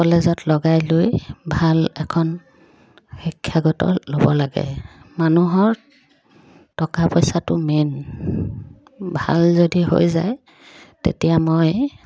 কলেজত লগাই লৈ ভাল এখন শিক্ষাগত ল'ব লাগে মানুহৰ টকা পইচাটো মেইন ভাল যদি হৈ যায় তেতিয়া মই